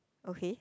okay